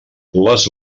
les